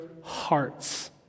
hearts